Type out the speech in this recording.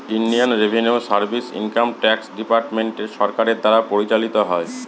Indian revenue service income tax department সরকারের দ্বারা পরিচালিত হয়